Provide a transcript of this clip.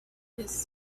his